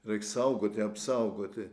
reik saugoti apsaugoti